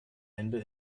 ende